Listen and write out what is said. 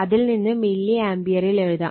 അതിൽ നിന്ന് മില്ലി ആംപിയറിൽ എഴുതാം